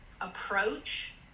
approach